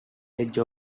age